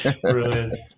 Brilliant